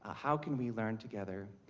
ah how can we learn together?